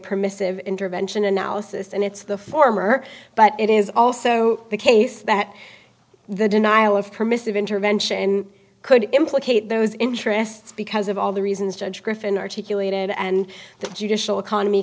permissive intervention analysis and it's the former but it is also the case that the denial of permissive intervention could implicate those interests because of all the reasons judge griffin articulated and the judicial economy